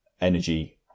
energy